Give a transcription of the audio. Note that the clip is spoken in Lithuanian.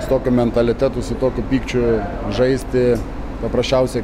su tokiu mentalitetu su tokiu pykčiu žaisti paprasčiausiai